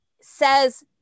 says